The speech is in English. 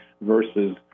versus